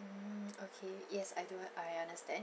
mm okay yes I do I understand